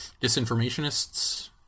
disinformationists